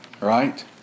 Right